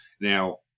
Now